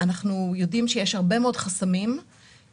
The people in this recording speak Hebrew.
אנחנו יודעים שיש הרבה מאוד חסמים בשטח.